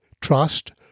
trust